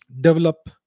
develop